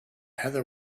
heather